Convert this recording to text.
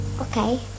Okay